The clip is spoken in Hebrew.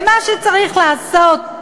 מה שצריך לעשות,